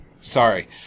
Sorry